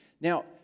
now